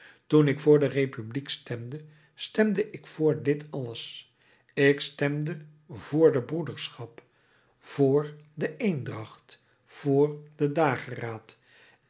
toen ik vr de republiek stemde stemde ik vr dit alles ik stemde vr de broederschap voor de eendracht voor den dageraad